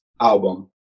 album